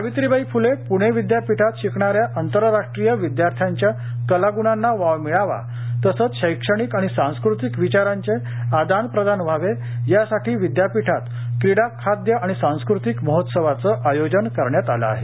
सावित्रीबाई फुले पुणे विद्यापीठात शिकणाऱ्या आंतरराष्ट्रीय विद्यार्थ्यांच्या कलाग्णांना वाव मिळावा तसंच शैक्षणिक आणि सांस्कृतिक विचारांचे आदान प्रदान व्हावे यासाठी विद्यापीठात क्रीडा खाद्य आणि सांस्कृतिक महोत्सवाचं आयोजन करण्यात आलं आहे